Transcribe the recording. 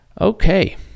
Okay